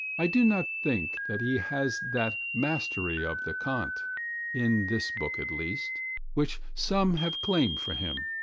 i do not think that he has that mastery of the conte in this book at least which some have claimed for him.